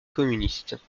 communiste